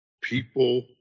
People